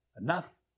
enough